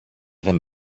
δεν